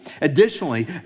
Additionally